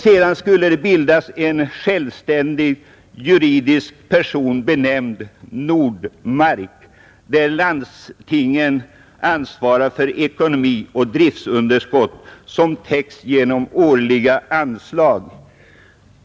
Sedan skulle det bildas en självständig juridisk person, benämnd Nordmark, där landstingen ansvarar för ekonomi och driftunderskott som täcks genom årliga anslag.